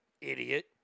Idiot